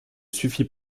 suffit